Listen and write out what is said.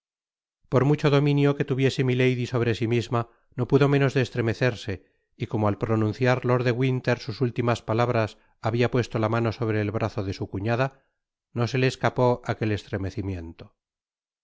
por mucho dominio que tuviese milady sobre si misma no pudo menos de estremecerse y como al pronunciar lord de winter sus últimas palabras habia puesto la mano sobre el brazo de su cuñada no se le escapó aquel estremecimiento